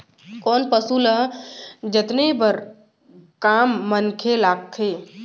कोन पसु ल जतने बर कम मनखे लागथे?